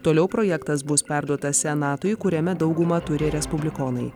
toliau projektas bus perduotas senatui kuriame daugumą turi respublikonai